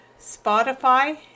Spotify